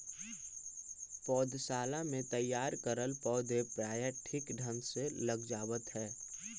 पौधशाला में तैयार करल पौधे प्रायः ठीक ढंग से लग जावत है